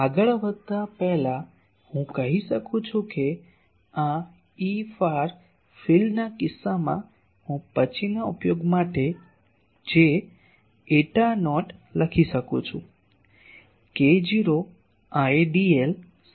તેથી આગળ વધતા પહેલા હું કહી શકું છું કે આ Efar field ના કિસ્સામાં હું પછીના ઉપયોગ માટે j એટા નોટ લખી શકું છું k0 I